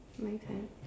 mutant